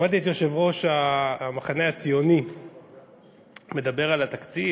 שמעתי את יושב-ראש המחנה הציוני מדבר על התקציב